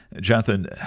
Jonathan